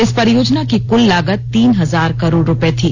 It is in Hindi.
इस परियोजना की कुल लागत तीन हजार करोड़ रुपये थी